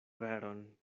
veron